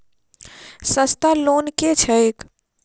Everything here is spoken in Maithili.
सस्ता लोन केँ छैक